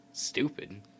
stupid